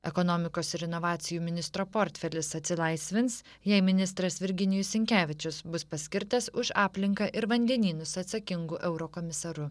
ekonomikos ir inovacijų ministro portfelis atsilaisvins jei ministras virginijus sinkevičius bus paskirtas už aplinką ir vandenynus atsakingu eurokomisaru